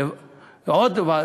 חינוך.